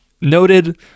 noted